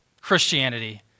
Christianity